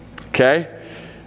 Okay